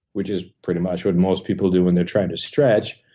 which is pretty much what most people do when they're trying to stretch,